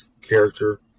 character